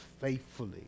faithfully